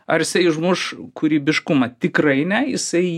ar jisai užmuš kūrybiškumą tikrai ne jisai